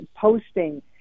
posting